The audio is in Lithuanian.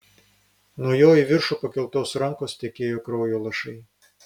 nuo jo į viršų pakeltos rankos tekėjo kraujo lašai